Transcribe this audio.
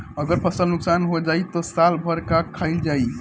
अगर फसल नुकसान हो जाई त साल भर का खाईल जाई